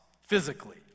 physically